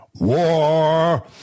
war